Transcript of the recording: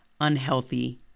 unhealthy